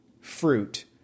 fruit